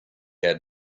had